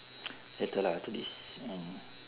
later lah after this and